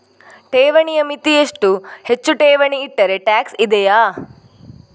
ಠೇವಣಿಯ ಮಿತಿ ಎಷ್ಟು, ಹೆಚ್ಚು ಠೇವಣಿ ಇಟ್ಟರೆ ಟ್ಯಾಕ್ಸ್ ಇದೆಯಾ?